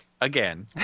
again